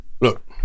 Look